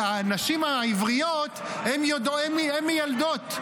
הנשים העבריות הן מיילדות,